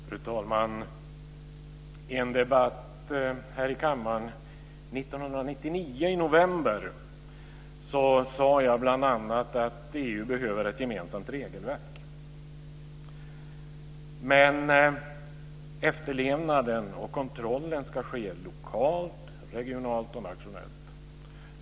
Fru talman! I en debatt här i kammaren i november 1999 sade jag bl.a. att EU behöver ett gemensamt regelverk. Men efterlevnaden och kontrollen ska ske lokalt, regionalt och nationellt.